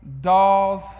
dolls